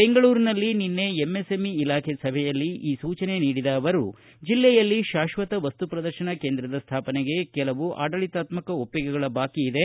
ಬೆಂಗಳೂರಿನಲ್ಲಿ ನಿನ್ನೆ ಎಂಎಸ್ಎಂಇ ಇಲಾಖೆ ಸಭೆಯಲ್ಲಿ ಈ ಸೂಚನೆ ನೀಡಿದ ಅವರು ಜಿಲ್ಲೆಯಲ್ಲಿ ಶಾಶ್ವತ ವಸ್ತು ಪ್ರದರ್ಶನ ಕೇಂದ್ರದ ಸ್ಥಾಪನೆಗೆ ಕೆಲವು ಆಡಳಿತಾತ್ಮಕ ಒಪ್ಪಿಗೆಗಳ ಬಾಕಿಯಿದೆ